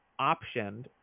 optioned